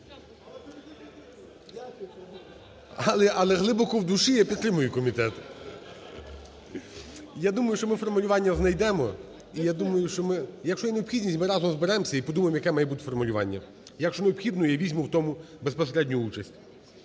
але глибоко в душі, я підтримую комітет. Я думаю, що ми формулювання знайдемо і я думаю, що ми, якщо є необхідність, ми разом зберемося і подумаємо, яке має бути формулювання. Якщо необхідно, я візьму в тому безпосередню участь.